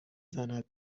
زند